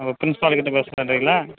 நம்ம பிரின்ஸ்பால் கிட்டே பேசணும்ன்றிங்களா